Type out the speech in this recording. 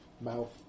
mouth